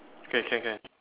can can can